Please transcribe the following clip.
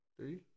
Three